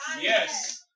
Yes